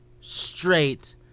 straight